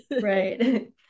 Right